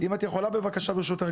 ברשותך,